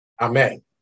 Amen